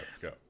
Go